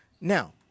Now